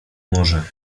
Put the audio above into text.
może